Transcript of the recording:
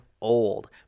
old